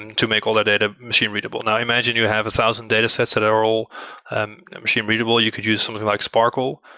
to make all the data machine readable. now imagine, you have a thousand data sets that are all and machine readable, you could use something like sparkle,